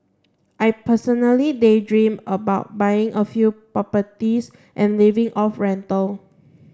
I personally daydream about buying a few properties and living off rental